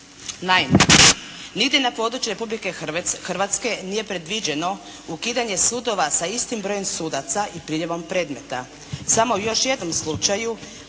Naime, nigdje na području Republike Hrvatske nije predviđeno ukidanje sudova sa istim brojem sudaca i priljevom predmeta. Samo u još jednom slučaju